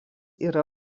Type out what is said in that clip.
yra